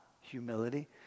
humility